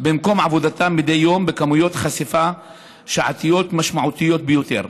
במקום עבודתם מדי יום בכמויות חשיפה שעתיות משמעותיות ביותר.